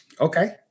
Okay